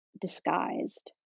disguised